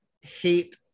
hate